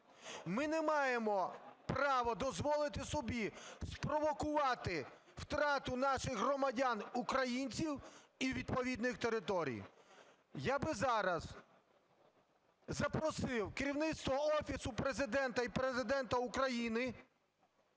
Ми не маємо права дозволити собі спровокувати втрату наших громадян українців і відповідних територій. Я би зараз запросив керівництво Офісу Президента і Президента України,